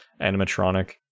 animatronic